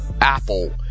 Apple